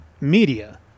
media